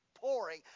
pouring